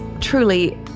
truly